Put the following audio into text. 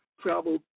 travel